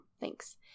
thanks